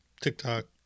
TikTok